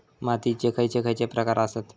मातीयेचे खैचे खैचे प्रकार आसत?